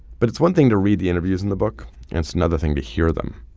but it's one thing to read the interviews in the book, and it's another thing to hear them.